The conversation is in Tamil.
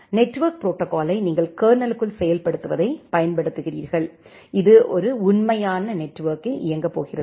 நெட்வொர்க் ப்ரோடோகாலை நீங்கள் கர்னலுக்குள் செயல்படுத்துவதை பயன்படுத்துகிறீர்கள் இது ஒரு உண்மையான நெட்வொர்க்கில் இயங்கப் போகிறது